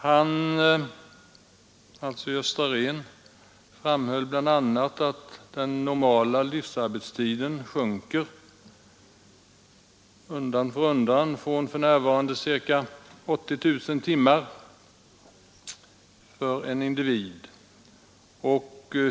Han framhöll bl.a. att den normala livsarbetstiden för en individ undan för undan sjunker från för närvarande ca 80 000 timmar.